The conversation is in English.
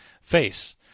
face